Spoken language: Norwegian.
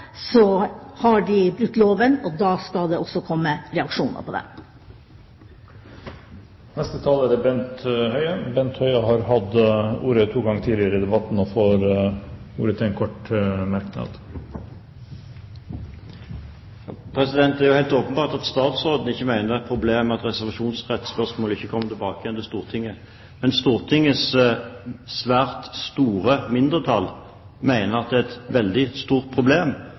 har de brutt loven, og da skal det også komme reaksjoner på det. Representanten Bent Høie har hatt ordet to ganger tidligere i debatten og får ordet til en kort merknad, begrenset til 1 minutt. Det er helt åpenbart at statsråden mener at det ikke er et problem at reservasjonsrettspørsmålet ikke kommer tilbake igjen til Stortinget. Men Stortingets svært store mindretall mener at det er et veldig stort problem